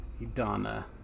Idana